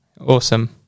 Awesome